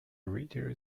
retail